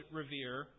revere